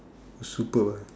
super bah